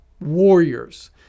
warriors